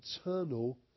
eternal